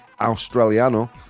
australiano